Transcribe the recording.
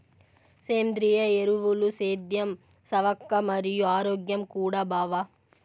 సేంద్రియ ఎరువులు సేద్యం సవక మరియు ఆరోగ్యం కూడా బావ